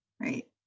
Right